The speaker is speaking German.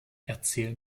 erzähl